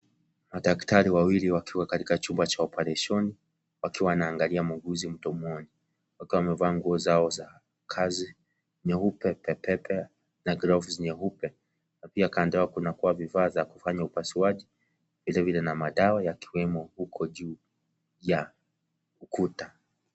Madaktari wawili wakiwa katika chumba cha opareshoni wakiwa wanaangalia muuguzi mdomoni wakiwa wamevaa nguo zao za kazi nyeupe pepepe na gloves nyeupe na pia kando yao kuna kua vifaa za kufanya upasuaji vilevile na madawa yakiwemo huko juu ya ukuta.